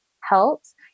helps